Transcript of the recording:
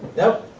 know